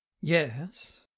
yes